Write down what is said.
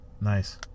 nice